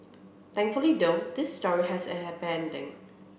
thankfully though this story has a happy ending